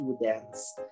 students